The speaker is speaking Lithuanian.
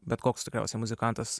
bet koks tikriausiai muzikantas